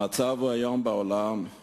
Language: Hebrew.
המצב היום בעולם הוא